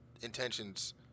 intentions